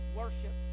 worship